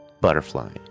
butterfly